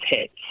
hits